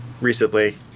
recently